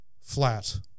flat